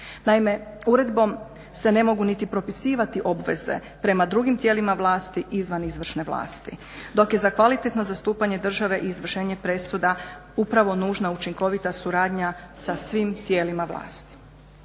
Naime, uredbom se ne mogu niti propisivati obveze prema drugim tijelima vlasti izvan izvršne vlasti. Dok je za kvalitetno zastupanje države i izvršenje presuda upravo nužna učinkovita suradnja sa svim tijelima vlasti.